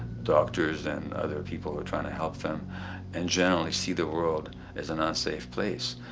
doctors and other people who are trying to help them and generally see the world as an unsafe place.